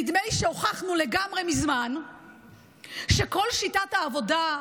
נדמה לי שהוכחנו לגמרי מזמן שכל שיטת העבודה,